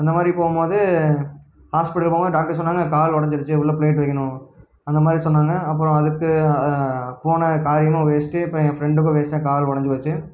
அந்த மாதிரி போகும்போது ஹாஸ்பிட்டல் போகும்போது டாக்டர் சொன்னாங்க கால் உடஞ்சிடுச்சி உள்ள பிளேட் வெக்கணும் அந்த மாதிரி சொன்னாங்க அப்புறம் அதுக்கு போன காரியமும் வேஸ்ட்டு இப்போ என் ஃப்ரெண்டுக்கும் வேஸ்ட்டாக கால் உடஞ்சிப் போச்சு